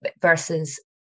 versus